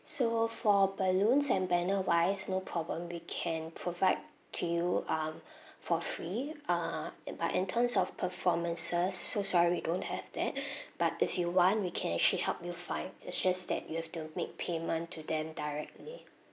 so for balloons and banner wise no problem we can provide to you um for free uh and but in terms of performances so sorry don't have that but if you want we can actually help you find it's just that you have to make payment to them directly